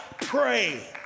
pray